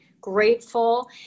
grateful